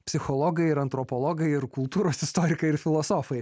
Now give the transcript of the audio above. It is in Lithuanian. psichologai ir antropologai ir kultūros istorikai ir filosofai